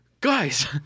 Guys